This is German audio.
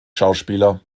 schauspieler